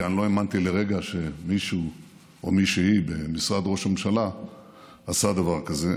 כי אני לא האמנתי לרגע שמישהו או מישהי במשרד ראש הממשלה עשה דבר כזה,